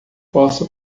posso